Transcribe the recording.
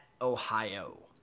Ohio